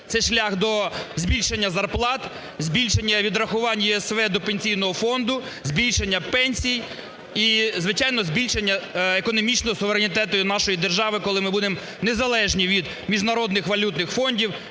це шлях до збільшення зарплат, збільшення відрахувань ЄСВ до Пенсійного фонду, збільшення пенсій. І, звичайно, збільшення економічного суверенітету і нашої держави, коли ми будемо незалежні від міжнародних валютних фондів,